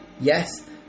Yes